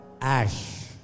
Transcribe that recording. ash